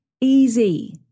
easy